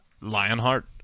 Lionheart